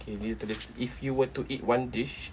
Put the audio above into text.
okay we'll do this if you were to eat one dish